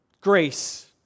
Grace